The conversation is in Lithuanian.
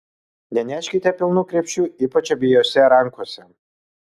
neneškite pilnų krepšių ypač abiejose rankose